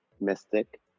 mystic